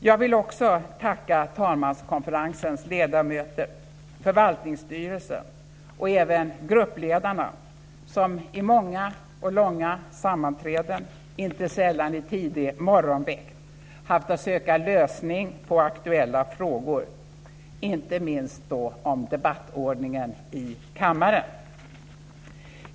Jag vill också tacka talmanskonferensens ledamöter, förvaltningsstyrelsen och även gruppledarna, som i många och långa sammanträden, inte sällan i tidig morgonväkt, haft att söka lösning på aktuella frågor, inte minst om debattordningen i kammaren.